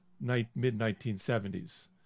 mid-1970s